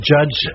Judge